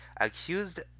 accused